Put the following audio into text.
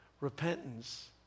repentance